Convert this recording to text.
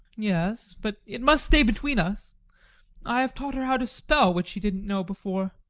yes but it must stay between us i have taught her how to spell, which she didn't know before.